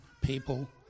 people